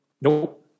Nope